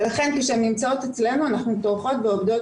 לכן כשהן נמצאות אצלנו אנחנו טורחות ועובדות